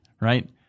right